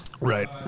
Right